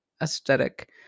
aesthetic